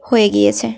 হয়ে গিয়েছে